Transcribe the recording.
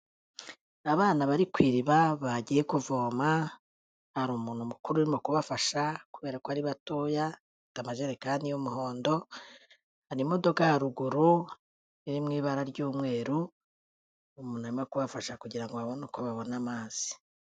Abana bari ku iriba bagiye kuvoma, hari umuntu mukuru urimo kubafasha, kubera ko ari batoya bafite amajerekani y'umuhondo, hari imodoka haruguru iri mu ibara ry'umweru, umuntu arimo kubafasha kugira ngo babone uko babona amazi.